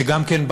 שגם כן,